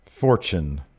Fortune